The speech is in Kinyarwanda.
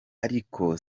ariko